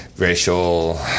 racial